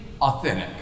authentic